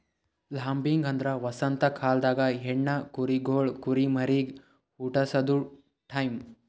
lambing ಅಂದ್ರ ವಸಂತ ಕಾಲ್ದಾಗ ಹೆಣ್ಣ ಕುರಿಗೊಳ್ ಕುರಿಮರಿಗ್ ಹುಟಸದು ಟೈಂ